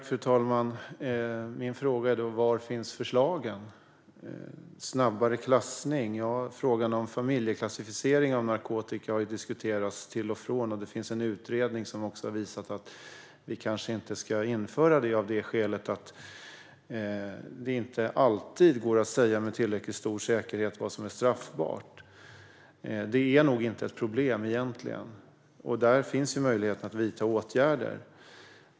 Fru talman! Var finns förslagen? Det handlade om snabbare klassning. Frågan om familjeklassificering av narkotika har diskuterats till och från, och det finns en utredning som också har visat att en sådan klassificering kanske inte ska införas av det skälet att det inte alltid går att säga med tillräckligt stor säkerhet vad som är straffbart. Det är egentligen inte ett problem. Där finns möjligheten att vidta åtgärder.